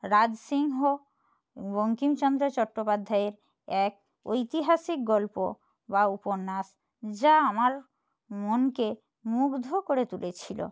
রাজসিংহ বঙ্কিমচন্দ্র চট্টোপাধ্যায়ের এক ঐতিহাসিক গল্প বা উপন্যাস যা আমার মনকে মুগ্ধ করে তুলেছিল